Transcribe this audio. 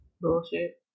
Bullshit